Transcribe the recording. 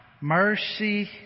Mercy